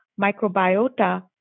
microbiota